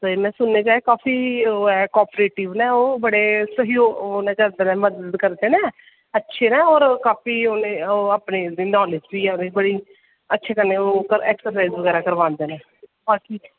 ते में सुनने च आया कि काफी को आपरेटिव न ओह् बड़े सैह्जोग ओह् मदद करदे न ते काफी अच्छी नॉलेज़ बी ऐ उनेंगी अच्छे कन्नै ओह् एक्सरसाईज़ करांदे न बाकी